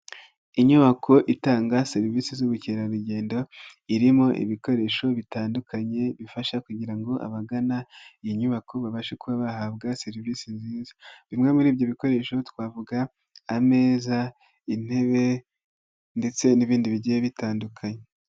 Inyubako itanga serivisi z'ubukerarugendo irimo ibikoresho bitandukanye bifasha kugira ngo abagana iyi nyubako babashe kuba bahabwa serivisi nziza bimwe muri ibyo bikoresho twavuga ameza intebe ndetse n'ibindi bigiye bitandukanye.